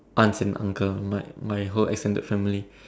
aunts and uncles my my whole extended family